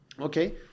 Okay